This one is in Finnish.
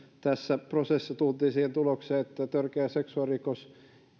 tässä prosessissa tultiin siihen tulokseen että törkeä seksuaalirikos